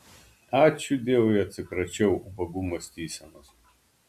ačiū dievui atsikračiau ubagų mąstysenos